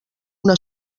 una